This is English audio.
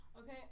Okay